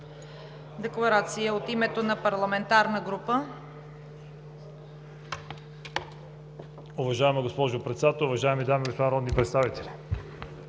декларация от името на парламентарна група.